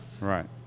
Right